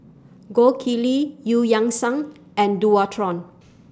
Gold Kili EU Yang Sang and Dualtron